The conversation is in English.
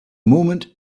moment